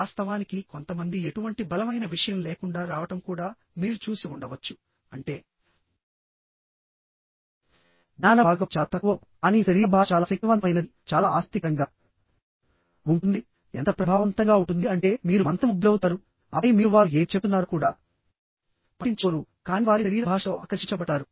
వాస్తవానికి కొంతమంది ఎటువంటి బలమైన విషయం లేకుండా రావడం కూడా మీరు చూసి ఉండవచ్చు అంటే జ్ఞాన భాగం చాలా తక్కువగా ఉంటుంది కానీ శరీర భాష చాలా శక్తివంతమైనది చాలా ఆసక్తికరంగా ఉంటుంది ఎంత ప్రభావవంతంగా ఉంటుంది అంటే మీరు మంత్రముగ్ధులవుతారు ఆపై మీరు వారు ఏమి చెప్తున్నారో కూడా పట్టించుకోరు కానీ మీరు వారి శరీర భాషతో ఆకర్షించబడతారు